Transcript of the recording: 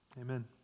Amen